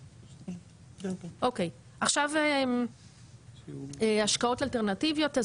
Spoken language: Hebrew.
אוקיי, עכשיו השקעות אלטרנטיביות.